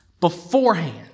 beforehand